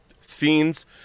scenes